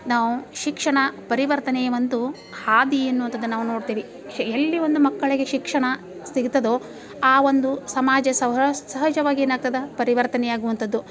ನಾವು ಶಿಕ್ಷಣ ಪರಿವರ್ತನೆಯ ಒಂದು ಹಾದಿ ಎನ್ನುವಂಥದ್ದು ನಾವು ನೋಡ್ತೀವಿ ಎಲ್ಲಿ ಒಂದು ಮಕ್ಕಳಿಗೆ ಶಿಕ್ಷಣ ಸಿಗ್ತದೋ ಆ ಒಂದು ಸಮಾಜ ಸೌರ ಸಹಜವಾಗಿ ಏನು ಆಗ್ತದೆ ಪರಿವರ್ತನೆ ಆಗುವಂಥದ್ದು